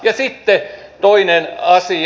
ja sitten toinen asia